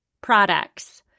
products